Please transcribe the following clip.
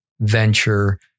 venture